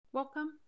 Welcome